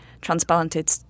transplanted